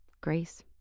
grace